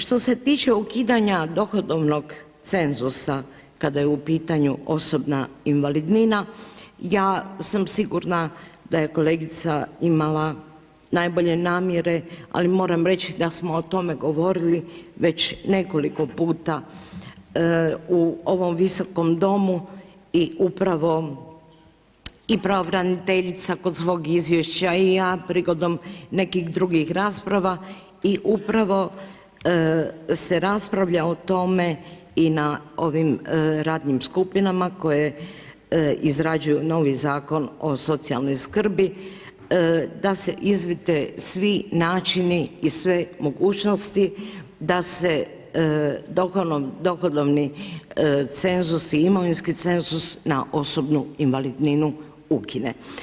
Što se tiče ukidanja dohodovnog cenzusa kada je u pitanju osobna invalidnina ja sam sigurna da je kolegica imala najbolje namjere, ali moram reći da smo o tome govorili već nekoliko puta u ovom visokom domu i upravo i pravobraniteljica kod svog izvješća i ja prigodom nekih drugih rasprava i upravo se raspravlja o tome i na ovim radnim skupinama koje izrađuju novi Zakon o socijalnoj skrbi da se izvide svi načini i sve mogućnosti da se dohodovni cenzus i imovinski cenzus na osobnu invalidninu ukine.